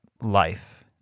life